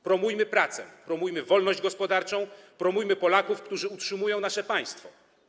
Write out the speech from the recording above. Promujmy pracę, promujmy wolność gospodarczą, promujmy Polaków, którzy utrzymują nasze państwo.